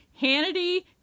Hannity